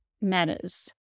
matters